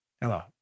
Hello